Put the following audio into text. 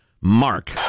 Mark